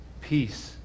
Peace